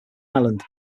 ireland